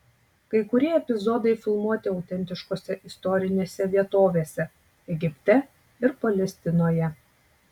kai kurie epizodai filmuoti autentiškose istorinėse vietovėse egipte ir palestinoje